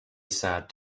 sad